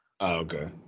okay